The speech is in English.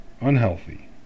unhealthy